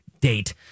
date